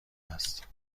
است